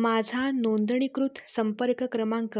माझा नोंदणीकृत संपर्क क्रमांक